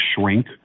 shrink